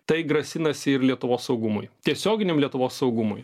tai grasinasi ir lietuvos saugumui tiesioginiam lietuvos saugumui